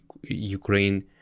Ukraine